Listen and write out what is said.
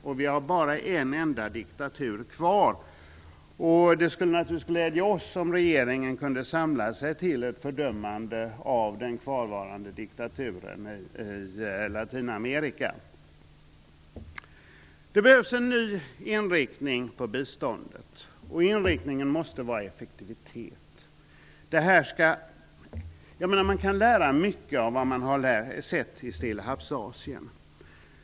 Det finns bara en enda diktatur kvar. Det skulle naturligtvis vara glädjande om regeringen kunde samlas till ett fördömande av den kvarvarande diktaturen i Det behövs en ny inriktning på biståndet - det måste inriktas på effektivitet. Man kan lära sig mycket av det som skett i Stillahavsasien.